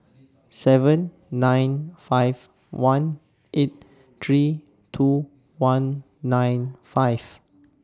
seven nine five one eight three two one nine five